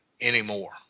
anymore